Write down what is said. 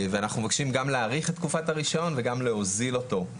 אנחנו מבקשים גם להאריך את תקופת הרישיון וגם להוזיל אותו.